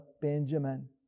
Benjamin